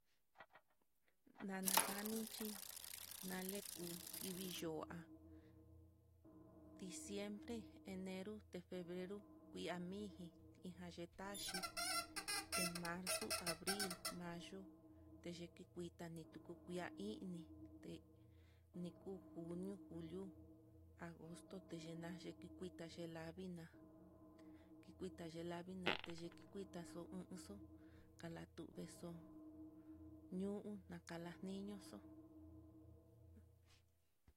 Nanajan ninchi ná leku kivii yo'a, diciembre, enero, te febrero, kuia mixi inja yee taxhi, te marzo, abril te mayo, teyii kuita ni tuku kuia ini té ni ku junio, julio, agosto, teyenaxi kuita c ina kikuita c avina té ye kikuitaxo ñooxo, kalatu nexo'o ñuu nakala niñoxo.